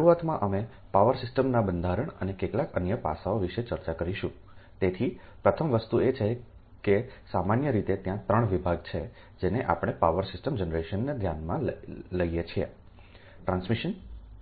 શરૂઆતમાં અમે પાવર સિસ્ટમ્સના બંધારણ અને કેટલાક અન્ય પાસાઓ વિશે ચર્ચા કરીશું તેથી પ્રથમ વસ્તુ એ છે કે સામાન્ય રીતે ત્યાં 3 વિભાગ છે જેને આપણે પાવર સિસ્ટમ જનરેશનમાં ધ્યાનમાં લઈએ છીએ ટ્રાન્સમિશન